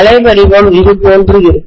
அலைவடிவம் இதுபோன்று இருக்கும்